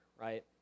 right